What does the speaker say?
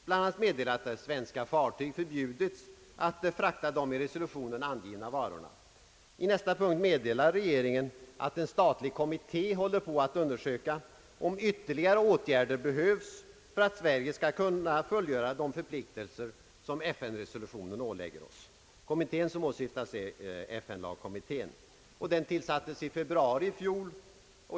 Bland annat meddelades att svenska fartyg förbjudits att frakta de i resolutionen angivna varorna. I nästa punkt meddelade regeringen att en statlig kommitté håller på att undersöka om ytterligare åtgärder behövs för att Sverige skall kunna fullgöra de förpliktelser som FN-resolutionen ålägger oss. Den kommitté som åsyftas är FN-lagkommittén, vilken tillsattes i februari i fjol.